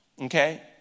Okay